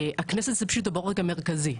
הכנסת זה פשוט הבורג המרכזי.